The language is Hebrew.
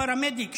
פרמדיק,